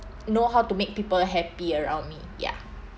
know how to make people happy around me ya